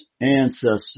ancestors